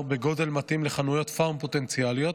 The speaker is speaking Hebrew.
בגודל מתאים לחנויות פארם פוטנציאליות,